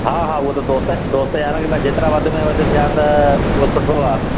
हा हा उहो त दोस्त दोस्त यार जेतिरा वधि में वधि थिया त उहो सुठो आहे